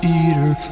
eater